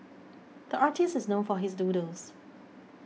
the artist is known for his doodles